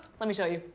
let me show you.